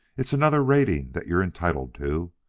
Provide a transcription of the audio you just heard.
it's another rating that you're entitled to,